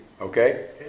Okay